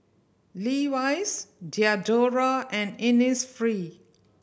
Levi's Diadora and Innisfree